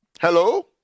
hello